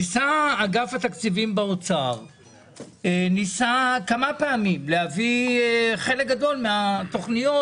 ניסה אגף התקציבים באוצר כמה פעמים להביא חלק גדול מהתוכניות